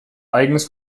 eigenes